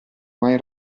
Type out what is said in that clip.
mai